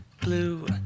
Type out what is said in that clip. blue